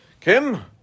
Kim